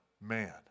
Man